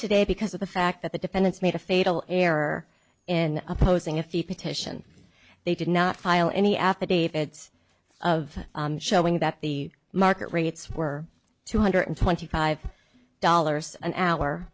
today because of the fact that the defendants made a fatal error in opposing a few petition they did not file any affidavits of showing that the market rates were two hundred twenty five dollars an hour